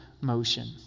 motion